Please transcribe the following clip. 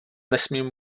nesmím